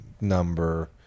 number